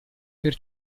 per